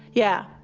yeah,